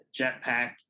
Jetpack